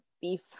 beef